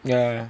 yeah